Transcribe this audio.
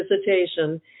visitation